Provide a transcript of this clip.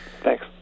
Thanks